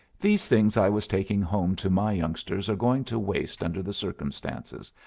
these things i was taking home to my youngsters are going to waste under the circumstances,